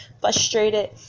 frustrated